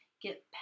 get